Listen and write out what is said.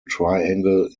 triangle